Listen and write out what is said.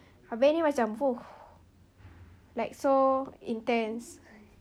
habis ini macam !fuh! like so intense